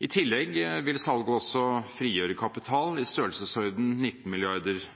I tillegg vil salget også frigjøre kapital i størrelsesorden 19